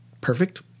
perfect